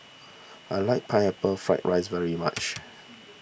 I like Pineapple Fried Rice very much